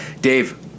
Dave